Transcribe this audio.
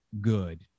good